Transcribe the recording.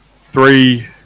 three